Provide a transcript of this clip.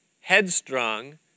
headstrong